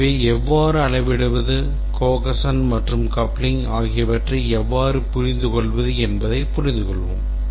எனவே எவ்வாறு அளவிடுவது cohesion மற்றும் coupling ஆகியவற்றை எவ்வாறு புரிந்துகொள்வது என்பதைப் புரிந்துகொள்வோம்